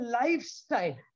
lifestyle